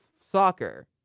soccer